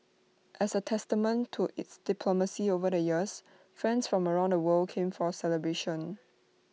as A testament to its diplomacy over the years friends from around the world came for celebrations